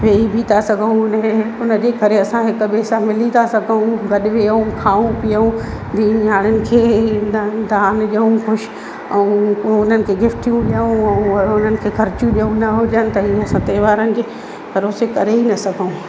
वेही बि था सघूं उन ह उनजे करे असां हिक ॿिए सां मिली था सघूं गॾ वेहूं खाऊं पीअऊं धीअ नियाणियुनि खे दान ॾियूं कुझु ऐं उननि खे गिफटियूं ॾियूं उ उन्हनि खे खरचियूं ॾियूं न हुजनि त हीअ असां त्योहारनि जे भरोसे करे ई न सघूं